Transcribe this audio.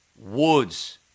Woods